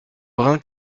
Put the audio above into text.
brun